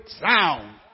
sound